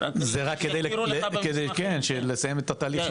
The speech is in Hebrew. זה רק כדי לסיים את התהליך של המסמכים.